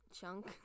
Chunk